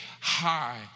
high